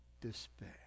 despair